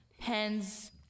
pens